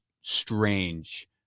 strange